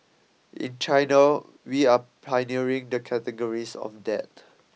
in China we are pioneering the categories of that